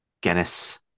Guinness